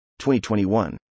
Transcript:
2021